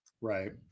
Right